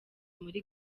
muri